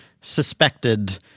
suspected